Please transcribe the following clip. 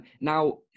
Now